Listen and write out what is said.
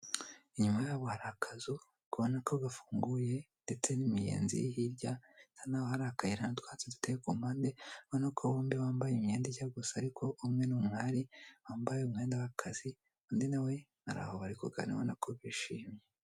Inyuma yabo hari akazu ubona ko gafunguye ndetse n'imiyenzi iri hirya, bisa n'aho hari akayira n'utwatsi duteye ku mpande ubona ko bombi bambaye imyenda ijya gusa ariko umwe ni umwari wambaye umwenda w'akazi, undi na we ari aho bari kuganira urabona ko bishimye.